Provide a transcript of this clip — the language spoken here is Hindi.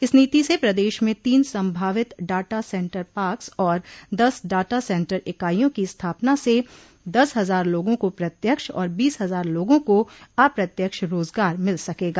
इस नीति से प्रदेश में तीन सम्भावित डाटा सेन्टर पार्क्स और दस डाटा सेन्टर इकाइयों की स्थापना से दस हज़ार लोगों को प्रत्यक्ष और बीस हज़ार लोगों को अप्रत्यक्ष रोजगार मिल सकेगा